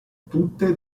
tutte